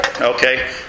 okay